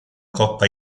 coppa